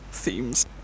themes